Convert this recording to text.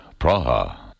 Praha